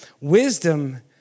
Wisdom